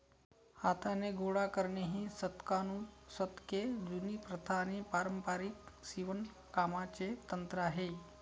हाताने गोळा करणे ही शतकानुशतके जुनी प्रथा आणि पारंपारिक शिवणकामाचे तंत्र आहे